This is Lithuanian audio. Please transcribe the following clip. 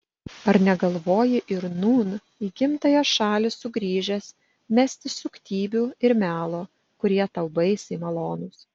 ar negalvoji ir nūn į gimtąją šalį sugrįžęs mesti suktybių ir melo kurie tau baisiai malonūs